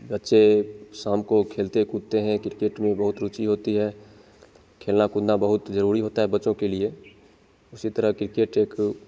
बच्चे शाम को खेलते कूदते हैं क्रिकेट में बहुत रूचि होती है खेलना कूदना बहुत जरूरी होता है बच्चों के लिए उसी तरह क्रिकेट एक